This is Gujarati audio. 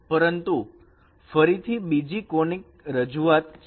નથી પરંતુ ફરીથી બીજો કોનીકસ રજૂઆત છે